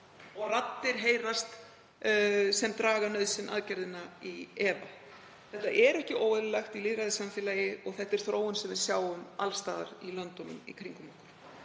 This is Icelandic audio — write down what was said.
og raddir heyrast sem draga nauðsyn aðgerðanna í efa. Það er ekki óeðlilegt í lýðræðissamfélagi og er þróun sem við sjáum alls staðar í löndunum í kringum okkur.